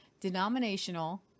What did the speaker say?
denominational